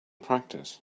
practice